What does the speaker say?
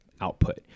output